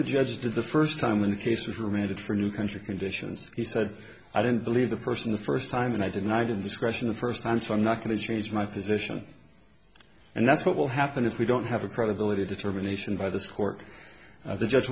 the judge did the first time when the case was remanded for new country conditions he said i didn't believe the person the first time and i didn't i did this question the first time for i'm not going to change my position and that's what will happen if we don't have a credibility determination by this court the judge